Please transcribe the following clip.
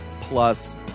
Plus